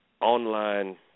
online